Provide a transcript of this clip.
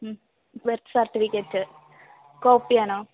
birth certificate copy ആണോ